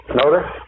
notice